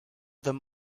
them